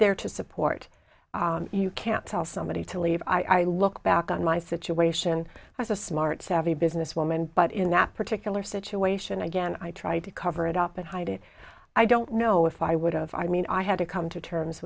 there to support you can't tell somebody to leave i look back on my situation as a smart savvy business woman but in that particular situation again i try to cover it up and hide it i don't know if i would've i mean i had to come to terms